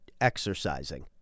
exercising